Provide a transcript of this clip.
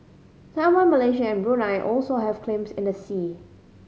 Taiwan Malaysia and Brunei also have claims in the sea